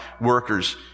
workers